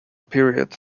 period